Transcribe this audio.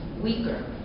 weaker